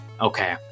okay